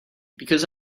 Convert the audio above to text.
because